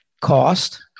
cost